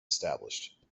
established